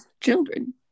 children